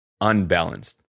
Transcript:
unbalanced